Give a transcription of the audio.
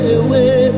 away